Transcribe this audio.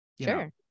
Sure